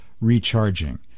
recharging